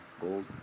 gold